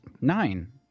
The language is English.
nine